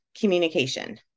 communication